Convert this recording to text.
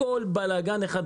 הכול בלגאן אחד גדול.